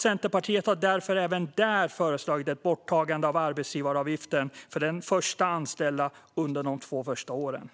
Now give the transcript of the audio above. Centerpartiet har därför även där föreslagit ett borttagande av arbetsgivaravgiften för den första anställda under de två första åren.